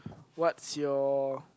what's your